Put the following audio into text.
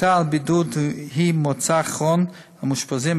ההחלטה על בידוד היא מוצא אחרון למאושפזים